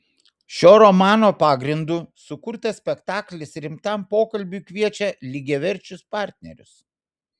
šio romano pagrindu sukurtas spektaklis rimtam pokalbiui kviečia lygiaverčius partnerius